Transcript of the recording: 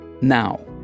Now